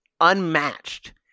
unmatched